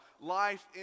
life